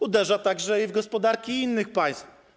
Uderza także w gospodarki innych państw.